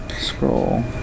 scroll